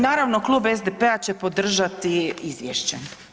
Naravno, Klub SDP-a će podržati izvješće.